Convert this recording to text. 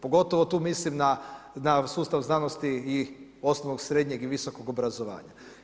Pogotovo tu mislim na sustav znanosti i osnovnog, srednjeg i visokog obrazovanja.